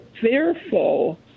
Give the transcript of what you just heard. fearful